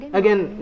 again